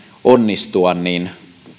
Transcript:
onnistua niin